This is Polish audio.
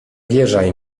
wierzaj